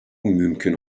mümkün